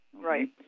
Right